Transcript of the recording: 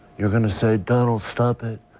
you're going the say darryl, stop it,